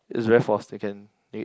is very forced they can